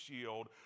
shield